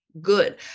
good